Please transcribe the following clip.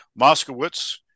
Moskowitz